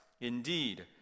Indeed